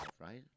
Right